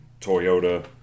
Toyota